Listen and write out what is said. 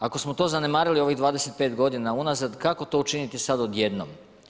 Ako smo to zanemarili ovih 25 g. unazad, kako to učiniti sad odjednom.